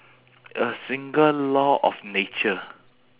a single law of nature